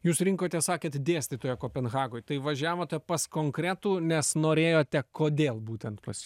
jūs rinkotės sakėt dėstytoją kopenhagoj tai važiavote pas konkretų nes norėjote kodėl būtent pas